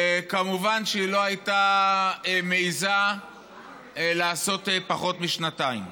כמובן שהיא לא הייתה מעיזה לעשות פחות משנתיים,